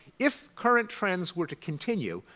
if current trends were to continue,